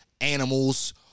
animals